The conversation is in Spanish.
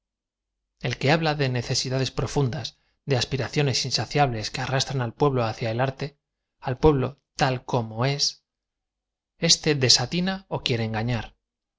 l que habla de necesidades profundas de aspiraciones insaciables que arrastran al pueblo hacia el arte a l pueblo tal como es éste desatina é quiere engañar